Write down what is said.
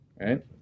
right